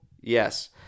Yes